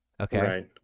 Okay